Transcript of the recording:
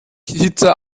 hitze